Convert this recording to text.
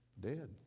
Dead